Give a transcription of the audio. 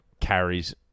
carries